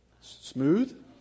Smooth